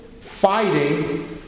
fighting